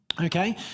Okay